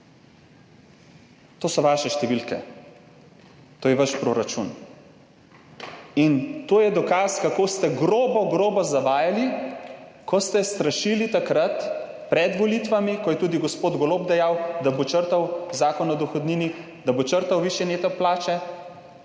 To so vaše številke, to je vaš proračun in to je dokaz, kako ste grobo zavajali, ko ste strašili takrat pred volitvami, ko je tudi gospod Golob dejal, da bo črtal Zakon o dohodnini, da bo črtal višje neto plače,